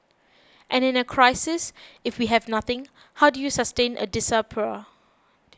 and in a crisis if we have nothing how do you sustain a diaspora